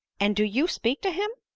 and do you speak to him?